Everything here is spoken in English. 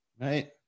right